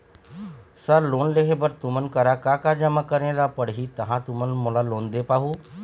Sir loan लेहे बर तुमन करा का का जमा करें ला पड़ही तहाँ तुमन मोला लोन दे पाहुं?